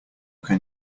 can